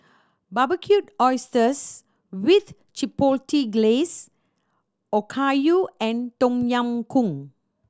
Barbecued Oysters with Chipotle Glaze Okayu and Tom Yam Goong